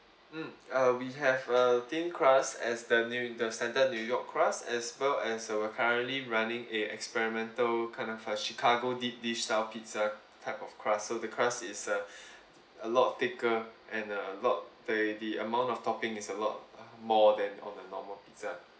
mm uh we have uh thin crust as the new the standard new york crust as well as we're currently running a experimental kind of a chicago deep dish style pizza type of crust so the crust is a a lot thicker and a lot uh the amount of topping is a lot more than all the normal pizza